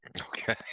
Okay